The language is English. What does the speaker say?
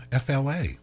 FLA